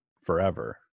forever